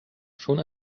schon